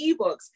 ebooks